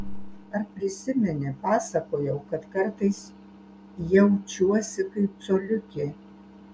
ar prisimeni pasakojau kad kartais jaučiuosi kaip coliukė